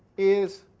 is,